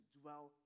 dwell